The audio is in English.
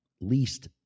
least